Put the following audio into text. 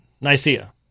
Nicaea